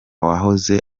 wahoze